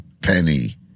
penny